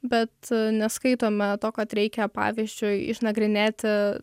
bet neskaitome to kad reikia pavyzdžiui išnagrinėti